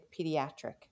pediatric